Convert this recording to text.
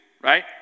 right